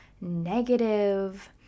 negative